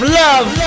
love